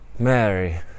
Mary